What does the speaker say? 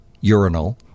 urinal